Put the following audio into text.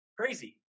Crazy